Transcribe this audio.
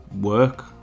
work